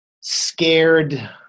scared